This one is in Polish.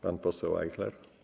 Pan poseł Ajchler?